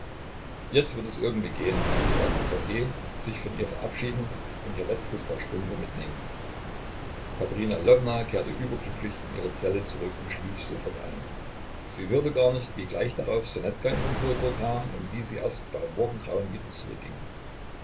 jetzt wird es irgendwie gehen sagte ssergej sich von ihr verabschiedend und ihr letztes paar strümpfe mitnehmend katerina lwowna kehrte überglücklich in ihre zelle zurück und schlief sofort ein sie hörte gar nicht wie gleich darauf ssonetka in den korridor kam und wie sie erst bei morgengrauen wieder zurückging